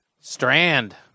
Strand